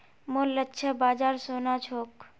मोर लक्ष्य बाजार सोना छोक